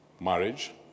Marriage